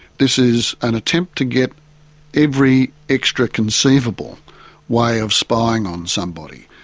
this is an attempt to get every extra conceivable way of spying on somebody.